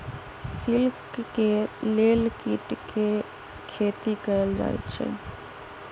silk के लेल कीट के खेती कएल जाई छई